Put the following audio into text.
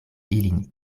ilin